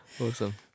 Awesome